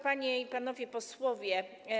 Panie i Panowie Posłowie!